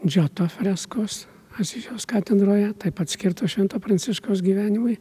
džoto freskos asyžiaus katedroje taip pat skirtos švento pranciškaus gyvenimui